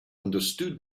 understood